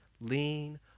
lean